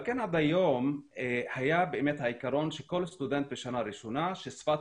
על כן עד היום היה באמת העיקרון שכל סטודנט בשנה ראשונה ששפת